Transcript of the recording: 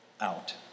out